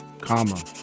comma